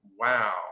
Wow